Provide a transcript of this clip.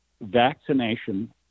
vaccination